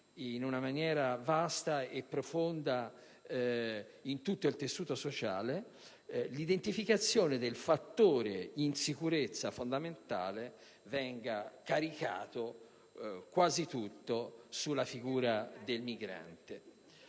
in una maniera vasta e profonda in tutto il tessuto sociale, l'identificazione del fattore fondamentale dell'insicurezza venga caricato quasi tutto sulla figura del migrante.